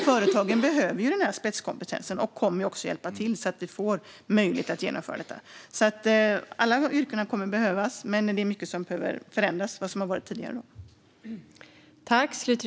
Företagen behöver ju den här spetskompetensen och kommer att hjälpa till så att vi får möjlighet att genomföra detta. Alla yrken kommer alltså att behövas, men det är mycket som kommer att förändras i förhållande till hur det har varit tidigare.